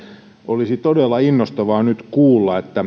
olisi todella innostavaa nyt kuulla